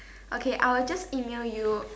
okay I will just email you